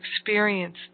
experience